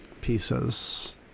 pieces